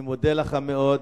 אני מודה לך מאוד.